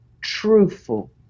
truthful